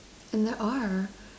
and there are